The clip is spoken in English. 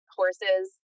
horses